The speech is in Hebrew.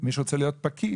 מי שרוצה להיות פקיד,